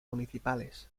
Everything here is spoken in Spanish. municipales